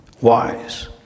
wise